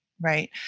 right